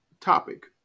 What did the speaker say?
topic